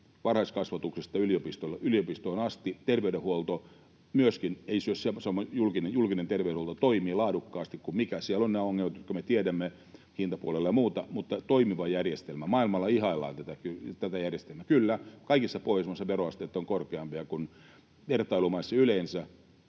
varhaiskasvatuksesta yliopistoon asti, terveydenhuolto myöskin, julkinen terveydenhoito toimii laadukkaasti kuin mikä. Siellä on nämä ongelmat, jotka me tiedämme, hintapuolella ja muuta, mutta toimiva järjestelmä. Maailmalla ihaillaan tätä järjestelmää. Kyllä, kaikissa Pohjoismaissa veroasteet ovat korkeampia kuin vertailumaissa yleensä,